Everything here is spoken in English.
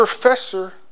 professor